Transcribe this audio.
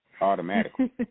Automatically